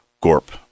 GORP